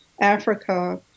Africa